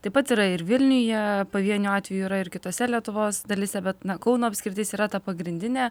taip pat yra ir vilniuje pavienių atvejų yra ir kitose lietuvos dalyse bet kauno apskritis yra ta pagrindinė